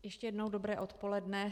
Ještě jednou dobré odpoledne.